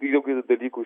jokių dalykų